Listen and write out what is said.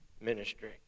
ministry